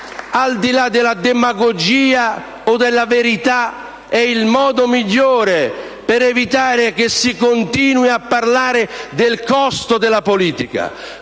Al di là della demagogia o della verità, è questo il modo migliore per evitare che si continui a parlare del costo della politica.